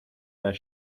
their